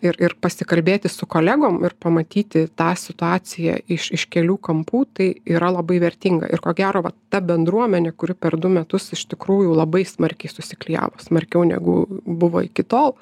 ir ir pasikalbėti su kolegom ir pamatyti tą situaciją iš iš kelių kampų tai yra labai vertinga ir ko gero vat ta bendruomenė kuri per du metus iš tikrųjų labai smarkiai susiklijavo smarkiau negu buvo iki tol